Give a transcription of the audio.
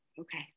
okay